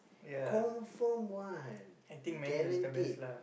confirm one guaranteed